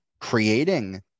creating